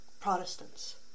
Protestants